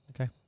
Okay